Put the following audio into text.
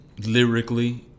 Lyrically